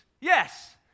yes